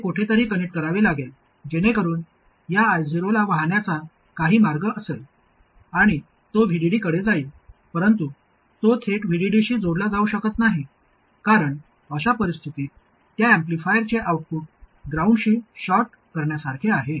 हे कोठेतरी कनेक्ट करावे लागेल जेणेकरून या I0 ला वाहण्याचा काही मार्ग असेल आणि तो VDD कडे जाईल परंतु तो थेट VDD शी जोडला जाऊ शकत नाही कारण अशा परिस्थितीत त्या ऍम्प्लिफायरचे आउटपुट ग्राउंडशी शॉर्ट करण्यासारखे आहे